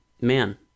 man